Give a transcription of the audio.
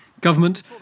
Government